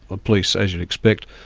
ah police as you'd expect,